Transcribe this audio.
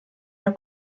herr